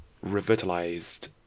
revitalized